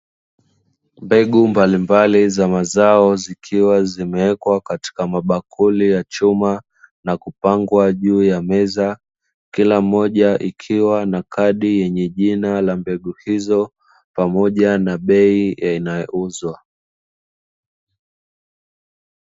Mbegu mbalimbali za mazao zikiwa zimewekwa katika mabakuli ya chuma, na kupangwa juu ya meza, kila moja ikiwa na kadi yenye jina la mbegu hizo, pamoja na bei inayouzwa.